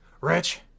Rich